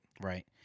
Right